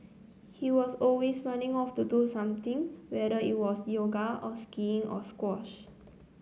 he was always running off to do something whether it was yoga or skiing or squash